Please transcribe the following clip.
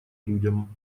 людям